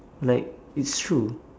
like it's true